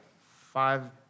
five